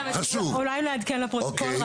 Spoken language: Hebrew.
אולי לעדכן לפרוטוקול,